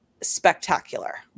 spectacular